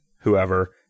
whoever